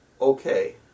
okay